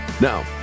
Now